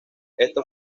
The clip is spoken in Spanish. esto